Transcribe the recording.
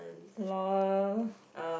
lol